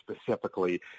specifically